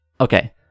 Okay